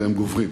והם גוברים.